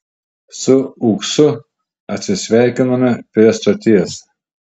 su uksu atsisveikinome prie stoties